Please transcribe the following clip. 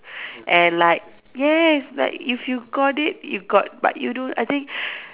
and like yes like if you got it you got but you don't I think